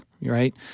right